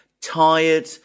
tired